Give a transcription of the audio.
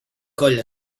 coll